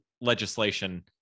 legislation